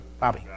Bobby